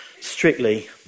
strictly